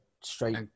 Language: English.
straight